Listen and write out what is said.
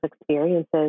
experiences